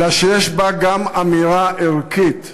אלא יש בה גם אמירה ערכית,